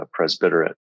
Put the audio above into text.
presbyterate